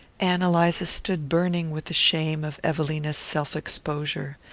ann eliza stood burning with the shame of evelina's self-exposure.